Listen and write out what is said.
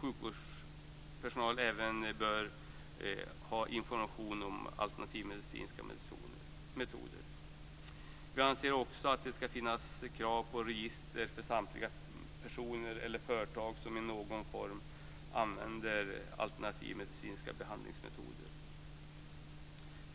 sjukvårdspersonal även bör ha information om alternativmedicinska metoder. Vi anser också att det skall finnas krav på register över samtliga personer eller företag som i någon form använder alternativmedicinska behandlingsmetoder.